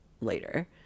later